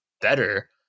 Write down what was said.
better